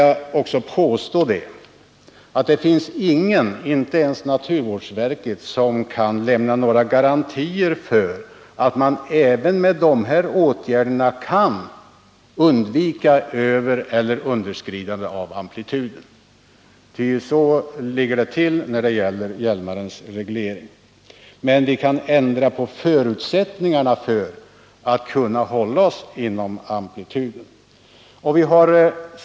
Jag vill påstå att ingen, inte ens naturvårdsverket, kan lämna några garantier för att man även med de föreslagna åtgärderna kan undvika övereller underskridanden av amplituden. Så ligger det till när det gäller Hjälmarens reglering. Men vi kan ändra förutsättningarna för att kunna hålla värdena inom amplituden.